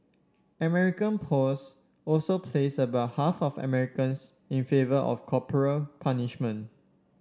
American polls also placed about half of Americans in favour of corporal punishment